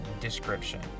description